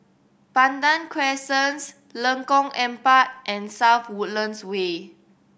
Pandan Crescent Lengkong Empat and South Woodlands Way